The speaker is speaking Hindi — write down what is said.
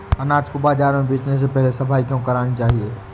अनाज को बाजार में बेचने से पहले सफाई क्यो करानी चाहिए?